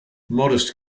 modest